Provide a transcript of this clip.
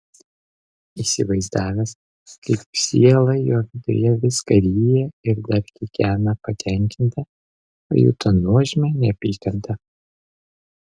įsivaizdavęs kaip siela jo viduje viską ryja ir dar kikena patenkinta pajuto nuožmią neapykantą